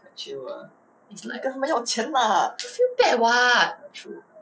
damn chill ah then 你跟他们要钱 lah true